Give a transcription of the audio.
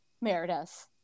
meredith